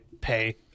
pay